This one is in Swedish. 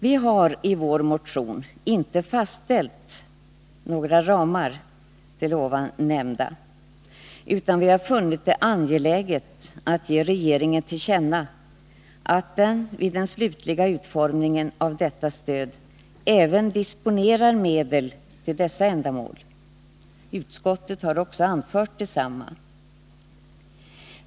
Vi har i vår motion inte fastställt några ramar, utan vi har funnit det angeläget att ge regeringen till känna att den vid den slutliga utformningen av stödet även bör disponera medel till dessa ändamål. Utskottet har anfört detsamma.